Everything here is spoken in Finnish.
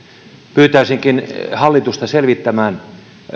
pyytäisinkin hallitusta selvittämään